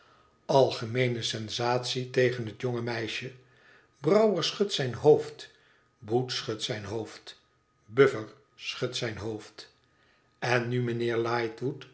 algemeene sensatie tegen het jonge meisje brouwer schudt zijn hoofd boots schudt zijn hoofd buffer schudt zijn hoofd n nu mijnheer